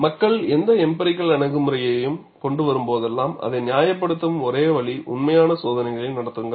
மக்கள் எந்த எம்பிரிக்கல் அணுகுமுறைகளையும் கொண்டு வரும்போதெல்லாம் அதை நியாயப்படுத்த ஒரே வழி உண்மையான சோதனைகளை நடத்துங்கள்